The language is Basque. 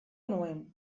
nuen